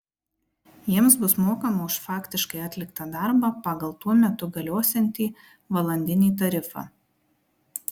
jiems bus mokama už faktiškai atliktą darbą pagal tuo metu galiosiantį valandinį tarifą